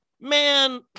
man